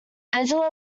angelo